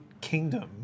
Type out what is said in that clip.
kingdom